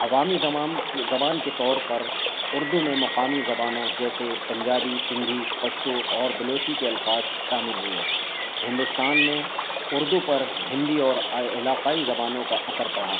عوامی زام زبان کے طور پر اردو میں مقامی زبانوں جیسے پنجابی سندھی پشتو اور بلوچی کے الفاظ شامل ہوئے ہندوستان میں اردو پر ہندی اور علاقائی زبانوں کا اثر پڑھا